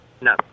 No